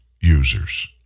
users